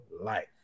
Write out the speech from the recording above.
life